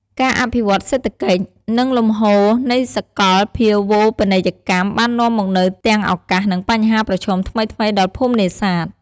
ការអភិវឌ្ឍន៍សេដ្ឋកិច្ច និងលំហូរនៃសកលភាវូបនីយកម្មបាននាំមកនូវទាំងឱកាស និងបញ្ហាប្រឈមថ្មីៗដល់ភូមិនេសាទ។